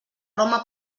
roma